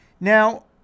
Now